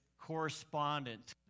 correspondent